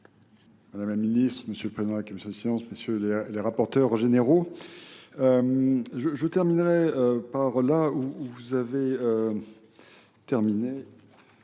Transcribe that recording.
Madame la Ministre, Monsieur le Président de la Commission des Sciences, Messieurs les rapporteurs généraux, je terminerai par là où vous avez terminé.